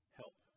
help